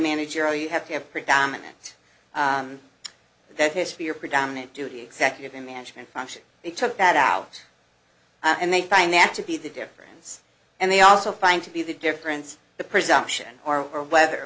manager you have to have a predominant their history or predominant duty executive management function they took that out and they find that to be the difference and they also find to be the difference the presumption or whether